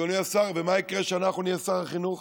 אדוני השר, ומה יקרה כשאנחנו נהיה שר החינוך?